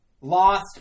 lost